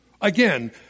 Again